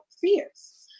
fears